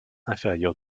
inférieure